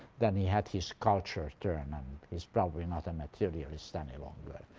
then he had his culture turn, and he's probably not a materialist any longer.